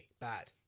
Bad